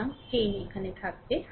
সুতরাং 10 এখানে থাকবে